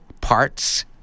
parts